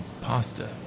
pasta